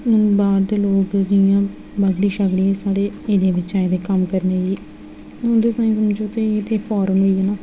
अम बाह्र दे लोग जि'यां बागड़ियै शागड़ियै साढ़े एरिया बिच आये दे कम्म करने लेई उं'दे ताहीं समझो एह् ते फॉरेन होइया